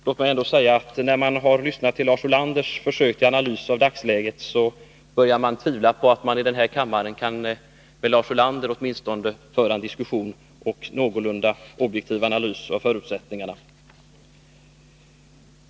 Låt mig ändå säga, fru talman, att man när man lyssnat till Lars Ulanders försök till analys av dagsläget börjar tvivla på möjligheterna att här i kammaren — åtminstone med Lars Ulander — föra en diskussion på grundval av en någorlunda objektiv analys av förutsättningarna.